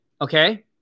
okay